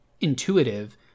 intuitive